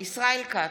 ישראל כץ,